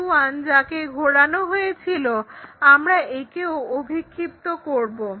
b1 যাকে ঘোরানো হয়েছিল আমরা একেও অভিক্ষিপ্ত করব